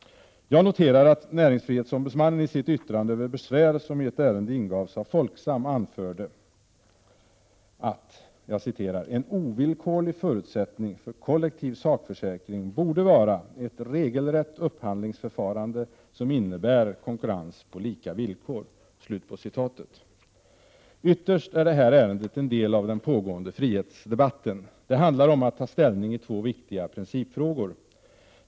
Jag noterar att näringsfrihetsombudsmannen i sitt yttrande över besvär, som i ett ärende ingavs av Folksam, anförde att ”en ovillkorlig förutsättning för kollektiv sakförsäkring borde vara ett regelrätt upphandlingsförfarande som innebär konkurrens på lika villkor”. Ytterst är det här ärendet en del av den pågående frihetsdebatten. Det handlar om att ta ställning i två viktiga principfrågor.